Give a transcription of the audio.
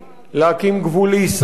להקים גבול לישראל,